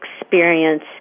experience